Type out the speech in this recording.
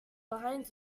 behind